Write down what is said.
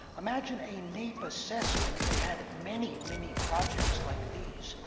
imagine a naep assessment that had many, many projects like these,